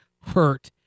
hurt